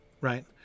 right